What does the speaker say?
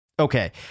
Okay